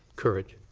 courage.